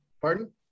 Pardon